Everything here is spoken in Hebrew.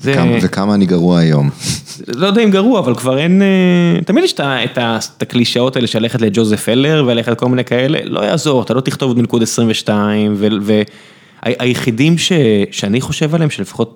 וכמה אני גרוע היום. לא יודע אם גרוע, אבל כבר אין... תמיד יש את הקלישאות האלה של ללכת לג'וזף הלר, והלכת לכל מיני כאלה. לא יעזור, אתה לא תכתוב את מילכוד 22, והיחידים שאני חושב עליהם, שלפחות...